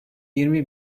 yirmi